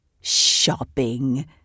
Shopping